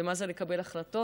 ומה זה לקבל החלטות,